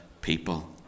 people